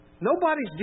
Nobody's